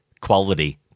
quality